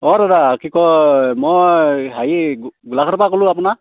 অঁ দাদা কি কয় মই হেৰি গোলাঘাটৰপৰা ক'লোঁ আপোনাৰ